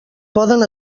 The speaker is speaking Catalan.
poden